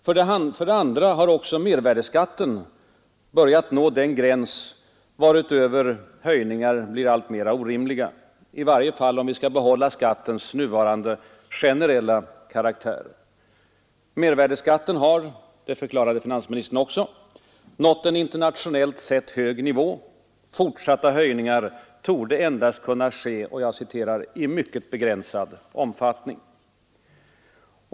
För det andra har också mervärdeskatten börjat nå den gräns varutöver höjningar blir alltmera orimliga, i varje fall om vi skall behålla skattens nuvarande generella karaktär. Mervärdeskatten har, förklarade finansministern också, nått en internationellt sett hög nivå. Fortsatta höjningar torde endast kunna ske ”i mycket begränsad omfattning”.